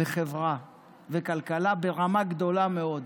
חברה וכלכלה ברמה גבוהה מאוד,